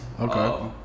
Okay